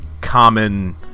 common